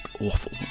awful